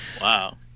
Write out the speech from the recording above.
Wow